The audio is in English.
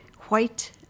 white